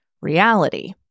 reality